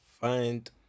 find